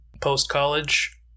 post-college